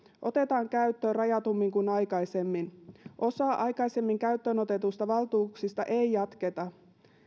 otetaan käyttöön rajatummin kuin aikaisemmin osaa aikaisemmin käyttöönotetuista valtuuksista ei jatketa